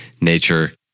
nature